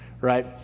right